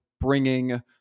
bringing